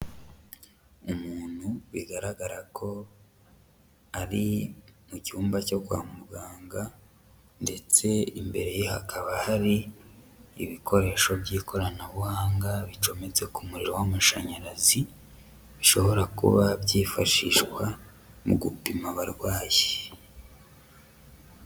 Umuntu bigaragara ko ari mu cyumba cyo kwa muganga ndetse imbere ye hakaba hari ibikoresho by'ikoranabuhanga bicometse ku muriro w'amashanyarazi, bishobora kuba byifashishwa mu gupima abarwayi.